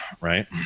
right